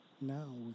now